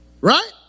Right